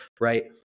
right